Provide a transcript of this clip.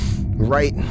Right